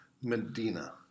Medina